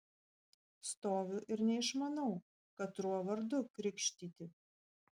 stoviu ir neišmanau katruo vardu krikštyti